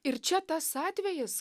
ir čia tas atvejis